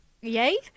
yay